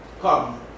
come